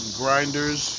grinders